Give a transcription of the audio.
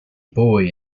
boy